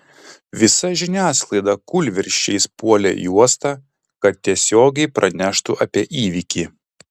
visa žiniasklaida kūlvirsčiais puolė į uostą kad tiesiogiai praneštų apie įvykį